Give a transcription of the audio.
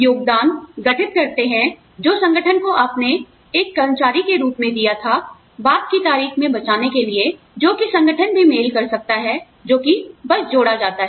योगदान गठित करते हैं जो संगठन को आपने एक कर्मचारी के रूप में दिया था बाद की तारीख में बचाने के लिए जो कि संगठन भी मेल कर सकता है आप जानते हैं जो कि बस जोड़ा जाता है